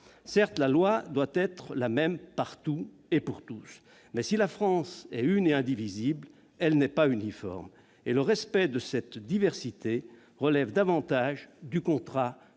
Certes la loi doit être la même partout et pour tous. Toutefois, si la France est une et indivisible, elle n'est pas uniforme. Le respect de cette diversité relève davantage du contrat que